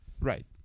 Right